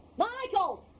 michael.